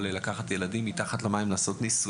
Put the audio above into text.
הרשות המוסמכת רשאית לתת הוראות שיחולו על מרכזי